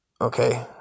Okay